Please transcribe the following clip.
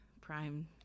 prime